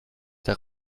der